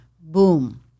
boom